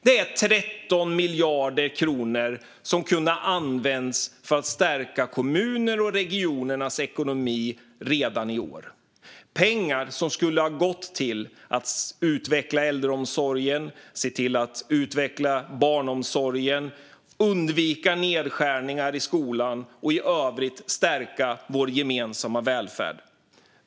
Det är 13 miljarder kronor som hade kunnat användas för att stärka kommunernas och regionernas ekonomi redan i år - pengar som skulle ha gått till att utveckla äldreomsorgen och barnomsorgen, undvika nedskärningar i skolan och i övrigt stärka vår gemensamma välfärd.